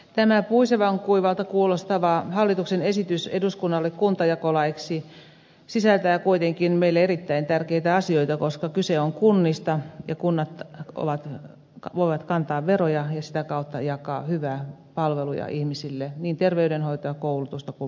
tämä puisevan kuivalta kuulostava hallituksen esitys eduskunnalle kuntajakolaiksi sisältää kuitenkin meille erittäin tärkeitä asioita koska kyse on kunnista ja kunnat voivat kantaa veroja ja sitä kautta jakaa hyviä palveluja ihmisille niin terveydenhoitoa koulutusta kuin muuta vastaavaa